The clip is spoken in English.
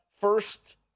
first